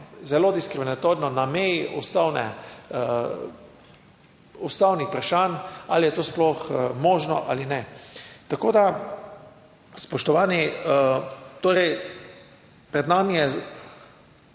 zelo diskriminatorno na meji Ustavne ustavnih vprašanj ali je to sploh možno ali ne. Tako, da spoštovani, torej pred nami je